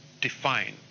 define